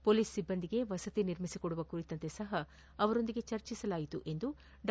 police ಸಿಬ್ಬಂದಿಗೆ ವಸತಿ ನಿರ್ಮಿಸಿಕೊಡುವ ಕುರಿತು ಸಹ ಅವರೊಂದಿಗೆ ಚರ್ಚಸಲಾಯಿತು ಎಂದು ಡಾ